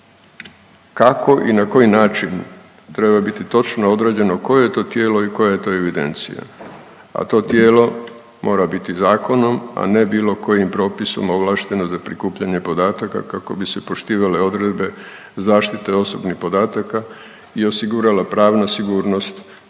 kako i na koji način treba biti točno određeno koje je to tijelo i koja je to evidencija, a to tijelo mora biti zakonom, a ne bilo kojim propisom ovlašteno za prikupljanje podataka kako bi se poštivale odredbe zaštite osobnih podataka i osigurala pravna sigurnost